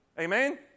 Amen